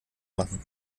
machen